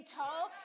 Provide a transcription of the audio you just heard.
told